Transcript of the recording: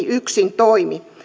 yksin toimi